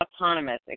autonomous